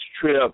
trip